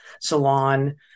salon